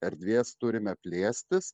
erdvės turime plėstis